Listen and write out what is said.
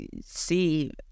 see